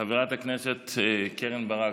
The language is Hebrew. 1028. חברת הכנסת קרן ברק,